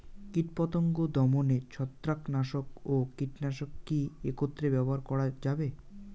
কীটপতঙ্গ দমনে ছত্রাকনাশক ও কীটনাশক কী একত্রে ব্যবহার করা যাবে?